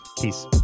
Peace